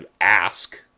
ask